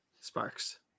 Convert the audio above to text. Sparks